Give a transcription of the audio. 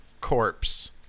corpse